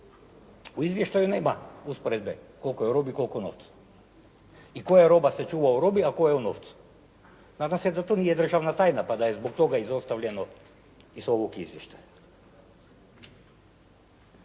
U izvještaju nema usporedbe koliko je u robi, koliko u novcu i koja roba se čuva u robi, a koja u novcu? Nadam se da to nije državna tajna pa da je zbog toga izostavljeno iz ovog izvještaja?